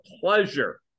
pleasure